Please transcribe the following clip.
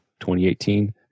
2018